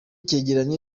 cyegeranyo